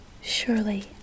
Surely